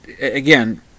again